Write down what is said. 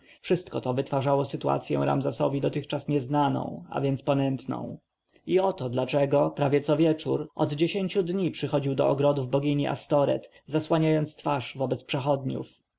wszystko to wytwarzało sytuację ramzesowi dotychczas nieznaną a więc ponętną i oto dlaczego prawie co wieczór od dziesięciu dni przychodził do ogrodów bogini astoreth zasłaniając twarz wobec przechodniów